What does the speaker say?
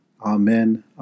Amen